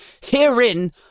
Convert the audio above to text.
Herein